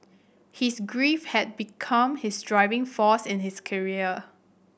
his grief had become his driving force in his career